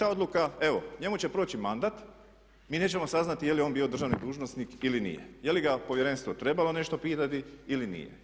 I ta odluka, evo, njemu će proći mandat, mi nećemo saznati je li on bio državni dužnosnik ili nije, je li ga Povjerenstvo trebalo nešto pitati ili nije.